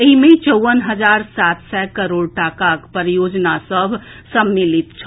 एहि मे चौवन हजार सात सय करोड़ टाकाक परियोजना सभ सम्मिलित छल